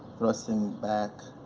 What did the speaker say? thrusting back,